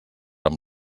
amb